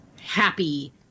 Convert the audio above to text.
happy